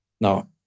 now